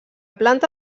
planta